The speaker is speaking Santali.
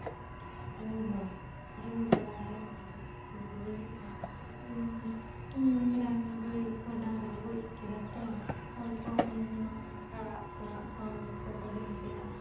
ᱜᱟᱹᱭ ᱜᱚᱲᱟ ᱜᱟᱹᱭ ᱜᱚᱲᱟ ᱨᱮ ᱜᱩᱨᱤᱡ ᱤᱧ ᱜᱟᱹᱭ ᱠᱚ ᱰᱟᱝᱨᱤ ᱠᱚᱠᱚ ᱤᱧ ᱠᱮᱫᱟ ᱛᱚ ᱠᱷᱚᱲ ᱠᱚᱢ ᱨᱟᱲᱟᱣᱟᱫ ᱠᱚᱣᱟ ᱠᱷᱚᱲ ᱠᱚᱠᱚ ᱡᱚᱢ ᱠᱮᱫᱟ